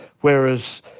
whereas